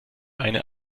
eine